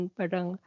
parang